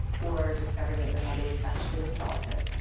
or discovering that their mother was sexually assaulted.